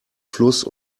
fluss